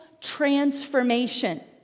transformation